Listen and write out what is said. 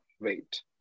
wait